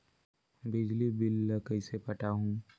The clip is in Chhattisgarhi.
बिजली बिल ल कइसे पटाहूं?